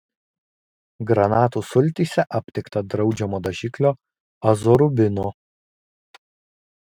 granatų sultyse aptikta draudžiamo dažiklio azorubino